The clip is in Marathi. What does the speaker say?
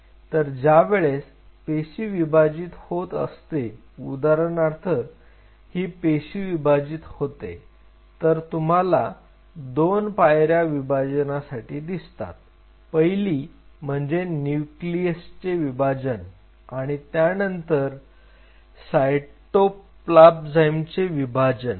तर ज्या वेळेस पेशी विभाजित होत असते उदाहरणार्थ ही पेशी विभाजित होते तर तुम्हाला दोन पायऱ्या विभाजनासाठी दिसतात पहिली म्हणजे न्यूक्लियसचे विभाजन आणि त्यानंतर सायटोप्लाझमचे विभाजन